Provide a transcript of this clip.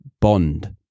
bond